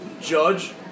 Judge